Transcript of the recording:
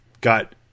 got